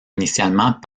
initialement